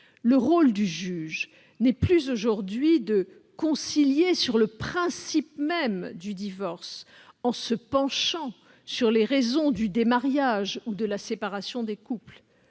Le rôle du juge n'est plus aujourd'hui de tenter une conciliation sur le principe même du divorce, en se penchant sur les raisons du démariage ou de la séparation des couples.